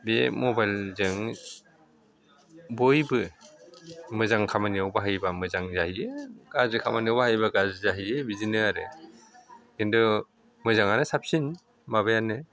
बे मबाइलजों बयबो मोजां खामानियाव बाहायोबा मोजां जायो गाज्रि खामानियाव बाहायोबा गाज्रि जाहैयो बिदिनो आरो खिन्तु मोजाङानो साबसिन माबायानो